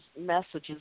messages